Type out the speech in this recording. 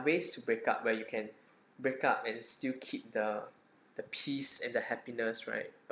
ways to break up where you can break up and still keep the the peace and the happiness right